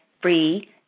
free